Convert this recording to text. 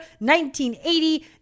1980